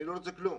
אני לא רוצה כלום.